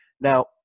Now